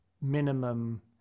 minimum